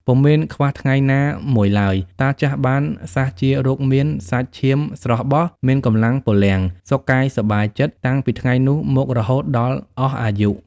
ពុំមានខ្វះថ្ងៃណាមួយឡើយ តាចាស់បានសះជារោគមាន សាច់ឈាមស្រស់បស់ មានកម្លាំងពលំ សុខកាយសប្បាយចិត្ត តាំងពីថ្ងៃនោះមករហូត ដល់អស់អាយុ ។